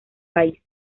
país